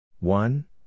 One